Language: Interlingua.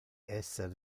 esser